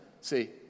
See